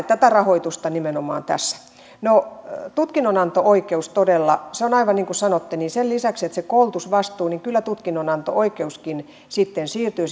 tätä rahoitusta nimenomaan tässä tutkinnonanto oikeus todella on aivan niin kuin sanotte sen lisäksi että koulutusvastuu niin kyllä tutkinnonanto oikeuskin sitten siirtyy